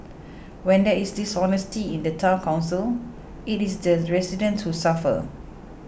when there is dishonesty in the Town Council it is the residents who suffer